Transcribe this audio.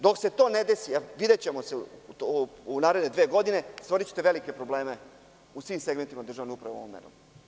Dok se to ne desi, a videćemo se u naredne dve godine, stvorićete velike probleme u svim segmentima državne uprave, ovom merom.